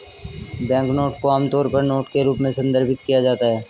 banknote को आमतौर पर नोट के रूप में संदर्भित किया जाता है